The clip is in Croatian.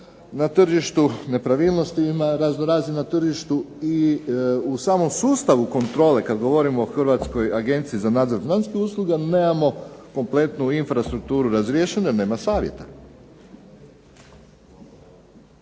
Na tržištu nepravilnosti ima razno-raznih i u samom sustavu kontrole kada govorimo o Hrvatskoj agenciji za nadzor financijskih usluga nemamo kompletnu infrastrukturu razriješenu jer nema savjeta.